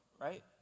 right